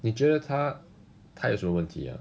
你觉得她她有什么问题啊